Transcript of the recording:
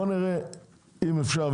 בואו נראה אם אפשר,